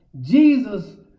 Jesus